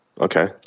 Okay